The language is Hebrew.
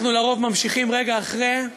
אנחנו לרוב ממשיכים רגע אחרי,